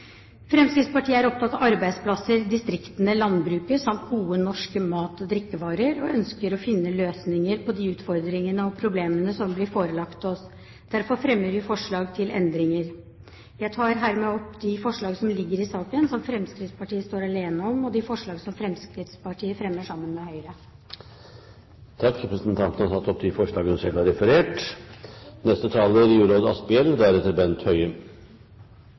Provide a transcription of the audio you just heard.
Fremskrittspartiet er opptatt av arbeidsplasser, av distriktene, landbruket samt gode norske matvarer og drikkevarer, og vi ønsker å finne løsninger på de utfordringene og problemene som blir forelagt oss. Derfor fremmer vi forslag til endringer. Jeg tar hermed opp de forslag i saken som Fremskrittspartiet står alene om, og de forslag som Fremskrittspartiet fremmer sammen med Høyre. Representanten Kari Kjønaas Kjos har tatt opp de forslagene hun refererte til. Norge har en restriktiv alkoholpolitikk som det har vært og er